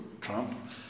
Trump